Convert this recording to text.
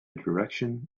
direction